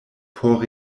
por